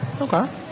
Okay